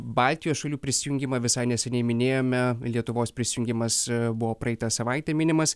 baltijos šalių prisijungimą visai neseniai minėjome lietuvos prisijungimas buvo praeitą savaitę minimas